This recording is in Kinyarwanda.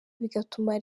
bigatuma